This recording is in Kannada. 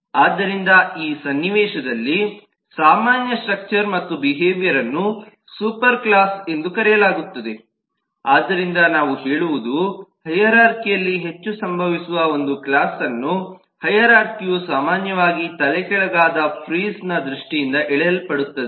ಆದ್ದರಿಂದ ಈ ಸನ್ನಿವೇಶದಲ್ಲಿ ಸಾಮಾನ್ಯ ಸ್ಟ್ರಕ್ಚರ್ ಮತ್ತು ಬಿಹೇವಿಯರ್ಅನ್ನು ಸೂಪರ್ ಕ್ಲಾಸ್ ಎಂದು ಕರೆಯಲಾಗುತ್ತದೆ ಆದ್ದರಿಂದ ನಾವು ಹೇಳುವುದು ಹೈರಾರ್ಖಿಅಲ್ಲಿ ಹೆಚ್ಚು ಸಂಭವಿಸುವ ಒಂದು ಕ್ಲಾಸ್ಅನ್ನು ಹೈರಾರ್ಖಿಯು ಸಾಮಾನ್ಯವಾಗಿ ತಲೆಕೆಳಗಾದ ಫ್ರೀಜ್ನ ದೃಷ್ಟಿಯಿಂದ ಎಳೆಯಲ್ಪಡುತ್ತದೆ